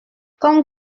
comme